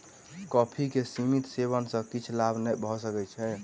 coffee के सीमित सेवन सॅ किछ लाभ भ सकै छै